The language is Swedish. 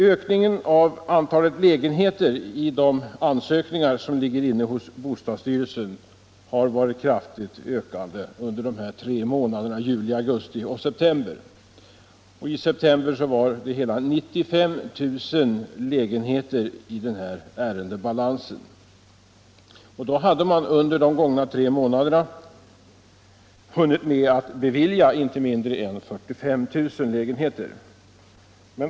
Ökningen av antalet lägenheter i de ansökningar som ligger inne hos bostadsstyrelsen har varit kraftig under de tre månaderna juli, augusti och september. I september fanns hela 95 000 lägenheter i ärendebalansen. Ändå hade man under de gångna tre månaderna hunnit med att bevilja stöd till inte mindre än 45 000 lägenheter.